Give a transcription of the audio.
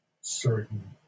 certain